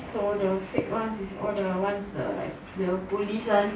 so the fake one is all the ones the like police one